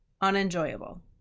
unenjoyable